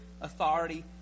authority